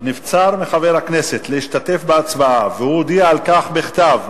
"נבצר מחבר הכנסת להשתתף בהצבעה והוא הודיע על כך בכתב,